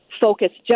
focused